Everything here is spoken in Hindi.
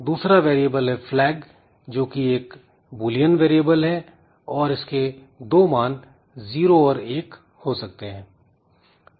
दूसरा वेरिएबल है flag जो कि एक बुलियन वेरिएबल है और इसके दो मान जीरो और एक हो सकते हैं